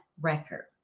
record